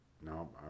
No